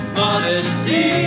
modesty